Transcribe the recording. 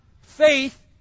faith